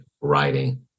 writing